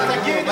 אתה תגיד,